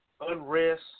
unrest